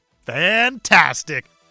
Fantastic